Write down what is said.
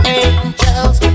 angels